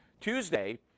Tuesday